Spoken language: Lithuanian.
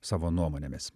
savo nuomonėmis